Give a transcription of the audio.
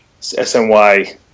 SNY